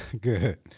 Good